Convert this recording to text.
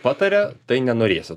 pataria tai nenorės